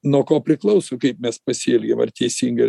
nuo ko priklauso kaip mes pasielgiam ar teisingai ar